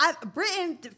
Britain